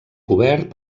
cobert